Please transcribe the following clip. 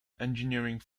engineering